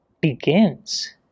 begins